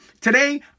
Today